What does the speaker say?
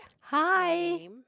Hi